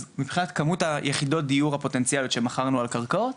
אז מבחינת כמות היחידות דיור שמכרנו עלך קרקעות,